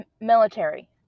military